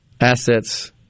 assets